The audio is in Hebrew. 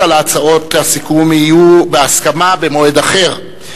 על הצעות הסיכום יהיו בהסכמה במועד אחר.